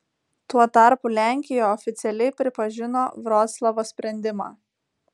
tuo tarpu lenkija oficialiai pripažino vroclavo sprendimą